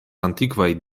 antikvaj